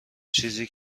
چیزی